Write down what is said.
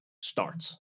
starts